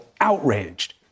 outraged